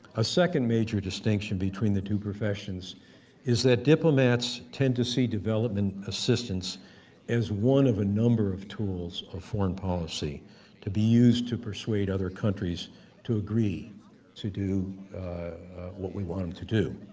a second major distinction between the two professions is that diplomats tend to see development assistance is one of a number of tools of foreign policy to be used to persuade other countries to agree to do what we want them to do.